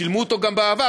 שילמו אותו גם בעבר,